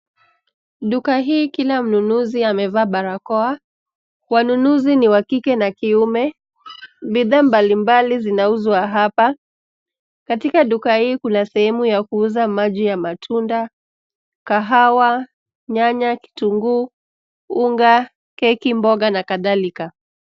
Duka hii kila mnunuzi amevaa barakoa. Wanunuzi ni wa kike na kiume. Bidhaa mbalimbali zinauzwa hapa. Katika duka hii kuna sehemu ya kuuza maji ya matunda, kahawa, nyanya, kitunguu, unga, keki, mboga na kadhalika.